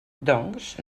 doncs